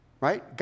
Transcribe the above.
Right